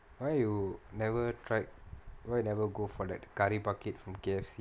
why you never tried why never go for that curry bucket from K_F_C